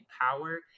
power